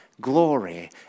glory